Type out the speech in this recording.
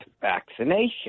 vaccination